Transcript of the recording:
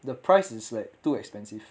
the price is like too expensive